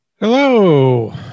Hello